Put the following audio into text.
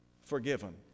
forgiven